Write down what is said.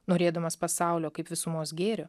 norėdamas pasaulio kaip visumos gėrio